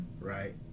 right